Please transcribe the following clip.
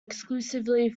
exclusively